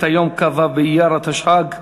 היום כ"ו באייר התשע"ג,